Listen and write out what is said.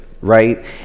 right